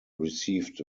received